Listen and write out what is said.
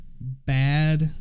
bad